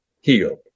healed